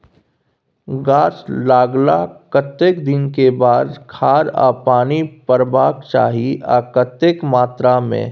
गाछ लागलाक कतेक दिन के बाद खाद आ पानी परबाक चाही आ कतेक मात्रा मे?